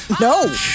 No